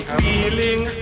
feeling